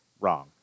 Wrong